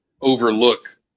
overlook